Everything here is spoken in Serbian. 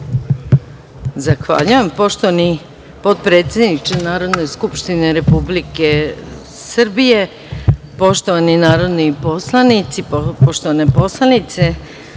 Zahvaljujem. Poštovani potpredsedniče Narodne skupštine Republike Srbije, poštovani narodni poslanici, poštovane poslanice,